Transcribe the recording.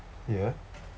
here